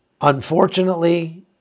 Unfortunately